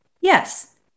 Yes